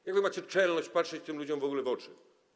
I wy macie czelność patrzeć tym ludziom w ogóle w oczy?